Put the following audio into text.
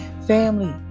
family